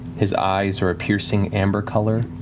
his eyes are a piercing amber color.